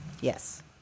Yes